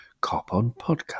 CopOnPodcast